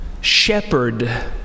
shepherd